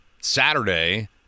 Saturday